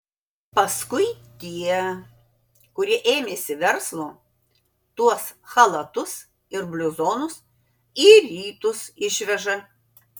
paskui tie kurie ėmėsi verslo tuos chalatus ir bliuzonus į rytus išveža